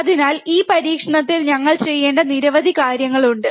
അതിനാൽ ഈ പരീക്ഷണത്തിൽ ഞങ്ങൾ ചെയ്യേണ്ട നിരവധി കാര്യങ്ങളുണ്ട്